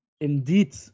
Indeed